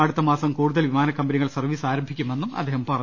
അടുത്തമാസം കൂടുതൽ വിമാ നക്കമ്പനികൾ സർവീസ് ആരംഭിക്കുമെന്നും അദ്ദേഹം പറഞ്ഞു